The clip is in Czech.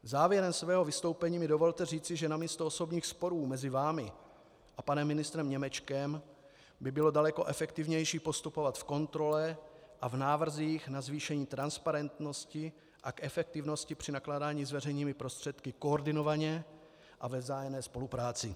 Závěrem mého vystoupení mi dovolte říct, že namísto osobních sporů mezi vámi a panem ministrem Němečkem by bylo daleko efektivnější postupovat v kontrole a v návrzích na zvýšení transparentnosti a k efektivnosti při nakládání s veřejnými prostředky koordinovaně a ve vzájemné spolupráci.